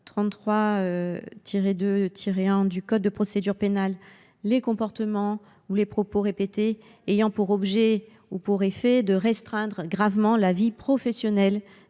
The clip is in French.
33 2 1 du code pénal les comportements ou les propos répétés ayant pour objet ou pour effet de restreindre gravement la vie professionnelle